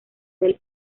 del